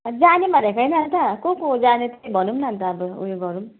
अँ जाने भनेको होइन अन्त को को जाने त्यति भनौ न अन्त अब उयो गरौ